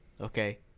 okay